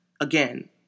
Again